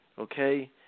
okay